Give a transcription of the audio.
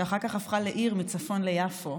שאחר כך הפכה לעיר מצפון ליפו,